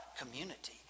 community